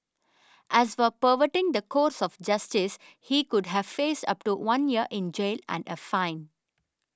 as for perverting the course of justice he could have faced up to one year in jail and a fine